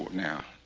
now,